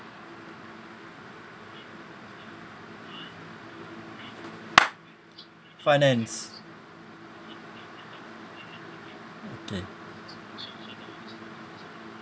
finance okay